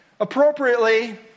Appropriately